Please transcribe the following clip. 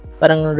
parang